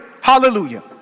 Hallelujah